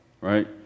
right